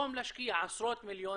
במקום להשקיע עשרות מיליונים,